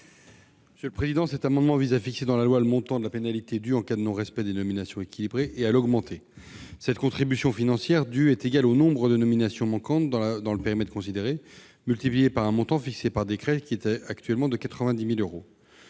L'amendement n° 187 rectifié vise à fixer dans la loi le montant de la pénalité due en cas de non-respect de l'obligation de nominations équilibrées et à l'augmenter. La contribution financière due est égale au nombre de nominations manquantes dans le périmètre considéré, multiplié par un montant fixé par décret qui est actuellement de 90 000 euros.